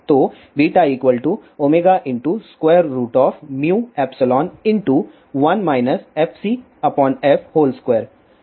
तो μϵ1 fcf2